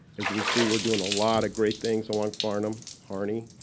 as you can see, we're doing a lot of great things along farnam, harney,